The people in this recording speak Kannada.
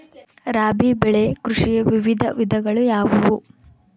ರಾಬಿ ಬೆಳೆ ಕೃಷಿಯ ವಿವಿಧ ವಿಧಗಳು ಯಾವುವು?